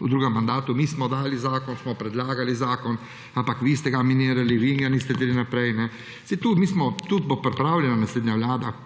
v drugem mandatu: mi smo dali zakon, smo predlagali zakon, ampak vi ste ga minirali, vi ga niste hoteli naprej. Tu bo pripravila naslednja vlada